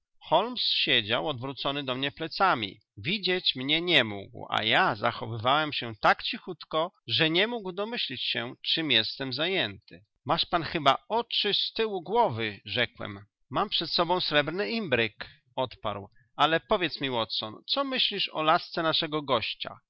zapytał holmes siedział odwrócony do mnie plecami widzieć mnie nie mógł a ja zachowywałem się tak cichutko że nie mógł domyślić się czem jestem zajęty masz pan chyba oczy z tyłu głowy rzekłem mam przed sobą srebrny imbryk odparł ale powiedz mi watson co myślisz o lasce naszego gościa